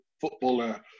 footballer